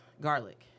Garlic